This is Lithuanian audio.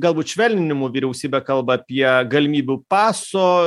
galbūt švelninimų vyriausybė kalba apie galimybių paso